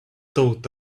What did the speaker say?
thought